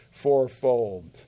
Fourfold